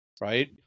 right